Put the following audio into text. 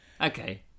Okay